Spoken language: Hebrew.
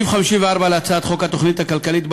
סעיף 54 להצעת חוק התוכנית הכלכלית בא